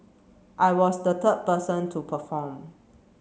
I was the third person to perform